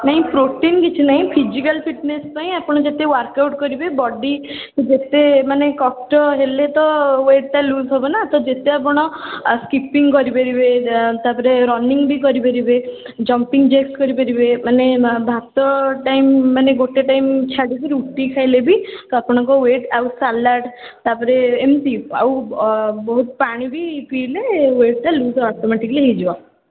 ନାହିଁ ପ୍ରୋଟିନ୍ କିଛି ନାହିଁ ଫିଜିକାଲ୍ ଫିଟନେସ୍ ପାଇଁ ଆପଣ ଯେତେ ୱାର୍କ ଆଉଟ୍ କରିବେ ବଡ଼ି ଯେତେ ମାନେ କଷ୍ଟ ହେଲେ ତ ୱେଟ୍ଟା ଲୁଜ୍ ହବନା ଯେତେ ଆପଣ ସ୍କିପିଙ୍ଗ କରିପାରିବେ ତା'ପରେ ରନିଙ୍ଗ ବି କରିପାରିବେ ଜମ୍ପିଙ୍ଗ ଜ୍ୟାକ୍ସ ବି କରିପାରିବେ ମାନେ ଭାତ ଟାଇମ୍ ମାନେ ଗୋଟେ ଟାଇମ୍ ଛାଡ଼ି କି ରୁଟି ଖାଇଲେ ବି ତ ଆପଣଙ୍କ ୱେଟ୍ ଆଉ ସାଲାଡ଼ ତା'ପରେ ଏମିତି ଆଉ ବହୁତ ପାଣି ବି ପିଇଲେ ୱେଟ୍ଟା ଲୁଜ୍ ଅଟୋମେଟିକାଲି ହେଇଯିବ